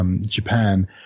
Japan